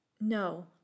no